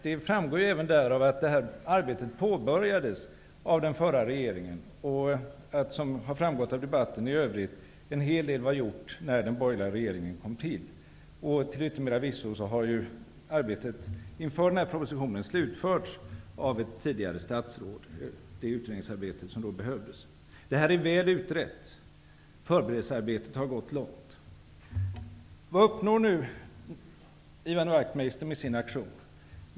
Det framgår även därav att detta arbete påbörjades av den förra regeringen. Som framgått av debatten i övrigt var en hel del gjort när den borgerliga regeringen kom till. Till yttermera visso har arbetet inför denna proposition och det utredningsarbete som behövdes slutförts av ett tidigare statsråd. Detta är väl utrett. Förberedelsearbetet har gått långt. Vad uppnår nu Ian Wachtmeister med sin aktion?